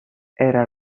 era